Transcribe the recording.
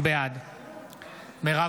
אינו